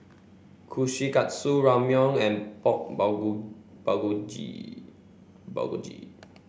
Kushikatsu Ramyeon and Pork Bulgogi Bulgogi